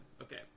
Okay